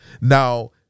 Now